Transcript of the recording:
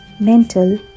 mental